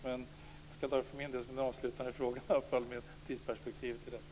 Jag tar alltså detta med tidsperspektivet som en avslutande fråga.